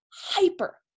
hyper